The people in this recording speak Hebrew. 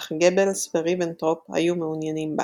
אך גבלס וריבנטרופ היו מעוניינים בה.